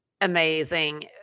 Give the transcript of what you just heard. amazing